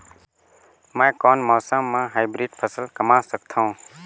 मै कोन मौसम म हाईब्रिड फसल कमा सकथव?